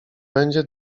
będzie